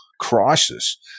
crisis